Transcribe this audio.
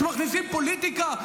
אתם מכניסים פוליטיקה,